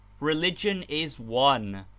religion is one,